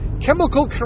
Chemical